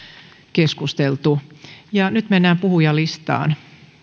keskusteltu nyt mennään puhujalistaan